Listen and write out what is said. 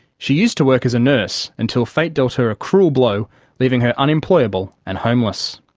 she used to work as a nurse until fate dealt her a cruel blow leaving her unemployable and homeless.